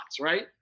right